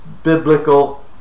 biblical